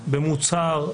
במוצהר,